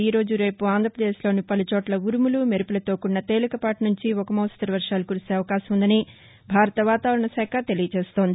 ఈరోజు రేపు ఆంధ్రప్రదేశ్లోని పలుచోట్ల ఉరుములు మెరుపులతో కూడిన తేలికపాటి నుంచి మోస్తరు వర్వాలు కురిసే అవకాశం ఉందని భారత వాతావరణ శాఖ తెలియజేస్తోంది